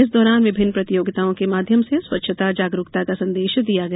इस दौरान विभिन्न प्रतियोगिताओं के माध्यम से स्वच्छता जागरूकता का संदेश दिया गया